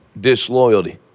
disloyalty